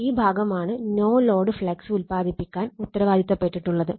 ഈ ഭാഗമാണ് no load flux ഉൽപ്പാദിപ്പിക്കാൻ ഉത്തരവാദിത്തപ്പെട്ടിട്ടുള്ളത്